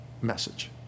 message